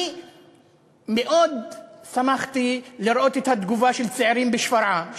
אני מאוד שמחתי לראות את התגובה של צעירים בשפרעם,